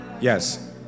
Yes